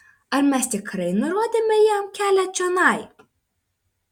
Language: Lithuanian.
ar mes tikrai nurodėme jam kelią čionai